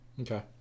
Okay